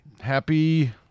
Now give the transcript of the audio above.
Happy